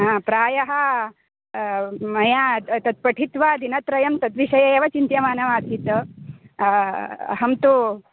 प्रायः मया तत् पठित्वा दिनत्रयं तद्विषये एव चिन्त्यमानमासीत् अहं तु